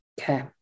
Okay